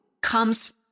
comes